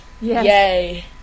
Yay